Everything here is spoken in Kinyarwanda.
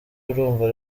urumva